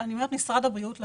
אני אומרת שמשרד הבריאות לקח.